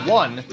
one